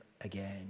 again